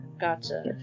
Gotcha